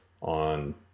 on